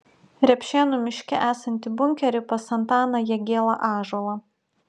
repšėnų miške esantį bunkerį pas antaną jagielą ąžuolą